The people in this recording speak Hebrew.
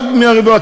רק בנייה רוויה,